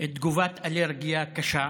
תגובת אלרגיה קשה,